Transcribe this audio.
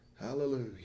Hallelujah